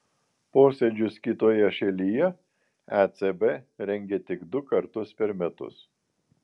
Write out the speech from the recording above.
posėdžius kitoje šalyje ecb rengia tik du kartus per metus